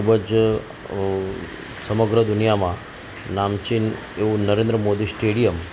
ખૂબ જ સમગ્ર દુનિયામાં નામચીન એવું નરેન્દ્ર મોદી સ્ટેડિયમ